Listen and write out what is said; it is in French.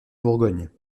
bourgogne